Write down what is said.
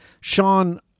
Sean